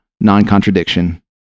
non-contradiction